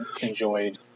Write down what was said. enjoyed